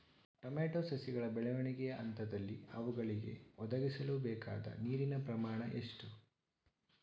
Tomato ಸಸಿಗಳ ಬೆಳವಣಿಗೆಯ ಹಂತದಲ್ಲಿ ಅವುಗಳಿಗೆ ಒದಗಿಸಲುಬೇಕಾದ ನೀರಿನ ಪ್ರಮಾಣ ಎಷ್ಟು?